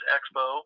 Expo